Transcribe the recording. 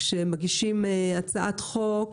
כשמגישים הצעת חוק,